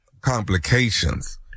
complications